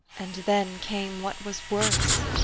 and then came what was worse.